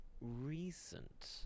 recent